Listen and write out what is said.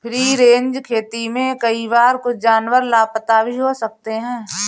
free range खेती में कई बार कुछ जानवर लापता भी हो सकते हैं